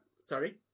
Sorry